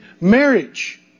marriage